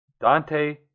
Dante